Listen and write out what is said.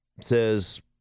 says